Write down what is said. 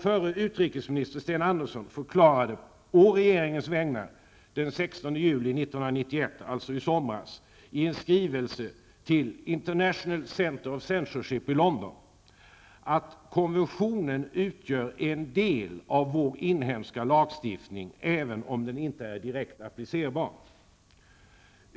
Förre utrikesministern Sten Andersson förklarade å regeringens vägnar den 16 juli 1991, alltså i somras, i skrivelse till International Center of Censorship i London att konventionen utgör en del av vår inhemska lagstiftning, även om den inte är direkt applicerbar.